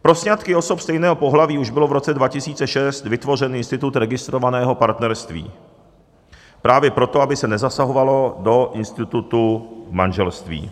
Pro sňatky osob stejného pohlaví už byl v roce 2006 vytvořen institut registrovaného partnerství právě proto, aby se nezasahovalo do institutu manželství.